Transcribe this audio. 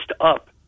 up